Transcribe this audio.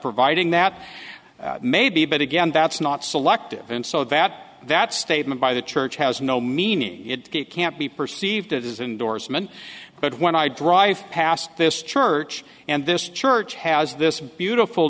provided that maybe but again that's not selective in so that that statement by the church has no meaning it can't be perceived as endorsement but when i drive past this church and this church has this beautiful